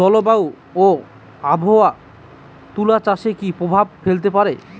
জলবায়ু ও আবহাওয়া তুলা চাষে কি প্রভাব ফেলতে পারে?